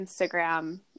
Instagram